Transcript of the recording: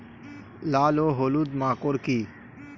লাল ও হলুদ মাকর কী?